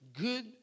good